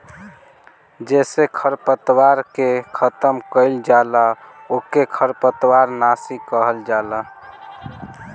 जेसे खरपतवार के खतम कइल जाला ओके खरपतवार नाशी कहल जाला